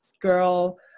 girl